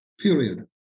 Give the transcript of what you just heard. Period